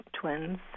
twins